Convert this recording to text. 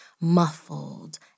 muffled